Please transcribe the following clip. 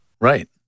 Right